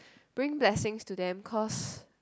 bringing blessings to them cause